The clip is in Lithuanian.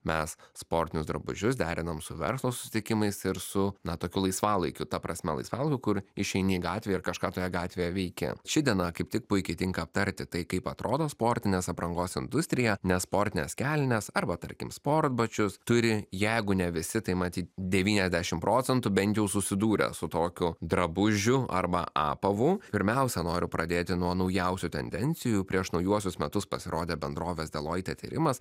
mes sportinius drabužius derinam su verslo susitikimais ir su na tokiu laisvalaikiu ta prasme laisvalai kur išeini į gatvę ir kažką toje gatvėje veiki ši diena kaip tik puikiai tinka aptarti tai kaip atrodo sportinės aprangos industrija nes sportines kelnes arba tarkim sportbačius turi jeigu ne visi tai matyt devyniasdešim procentų bent jau susidūrę su tokiu drabužiu arba apavu pirmiausia noriu pradėti nuo naujausių tendencijų prieš naujuosius metus pasirodė bendrovės deloitte tyrimas